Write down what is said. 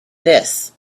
this